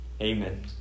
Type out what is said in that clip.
Amen